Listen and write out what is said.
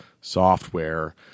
software